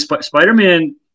Spider-Man